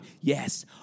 yes